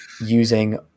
using